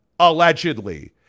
Allegedly